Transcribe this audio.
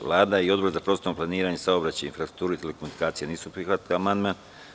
Vlada i Odbor za prostorno planiranje, saobraćaj, infrastrukturu i telekomunikacije nisu prihvatili amandman.